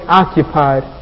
occupied